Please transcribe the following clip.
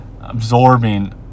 absorbing